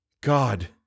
God